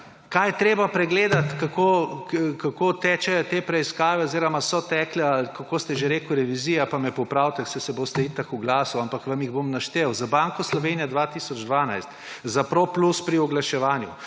kaj je treba pregledati, kako tečejo te preiskave oziroma so tekle ali kako ste že rekli, revizija, pa me popravite, saj se boste itak oglasili, ampak vam jih bom naštel: za Banko Slovenije 2012, za Pro Plus pri oglaševanju,